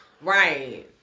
Right